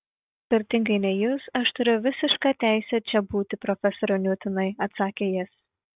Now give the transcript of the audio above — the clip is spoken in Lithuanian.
skirtingai nei jūs aš turiu visišką teisę čia būti profesoriau niutonai atsakė jis